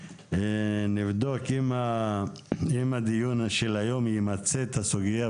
נבדוק אם הדיון של היום ימצה את הסוגיה,